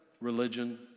religion